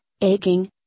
aching